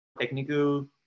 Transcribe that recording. technical